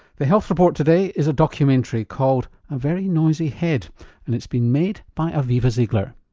the health report today is a documentary called a very noisy head and it's been made by aviva ziegler.